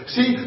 See